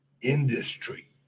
industry